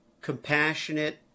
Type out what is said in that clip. compassionate